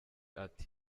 ati